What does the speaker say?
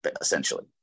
essentially